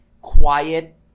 quiet